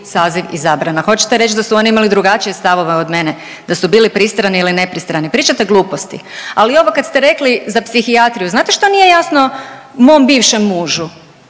saziv izabrana. Hoćete reći da su oni imali drugačije stavove od mene, da su bili pristrani ili nepristrani, pričate gluposti. Ali ovo kad ste rekli za psihijatriju znate što nije jasno mom bivšem mužu?